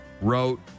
wrote